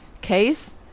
case